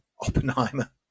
Oppenheimer